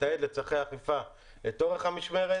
לתעד לצרכי אכיפה את אורך המשמרת,